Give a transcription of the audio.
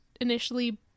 initially